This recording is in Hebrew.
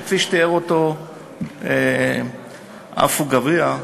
שכפי שתיאר אותו עפו אגבאריה,